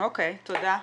אוקי, תודה.